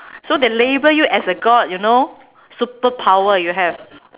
so they label you as a god you know superpower you have